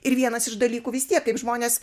ir vienas iš dalykų vis tiek kaip žmonės